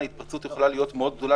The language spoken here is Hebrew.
ההתפרצות יכולה להיות גדולה מאוד,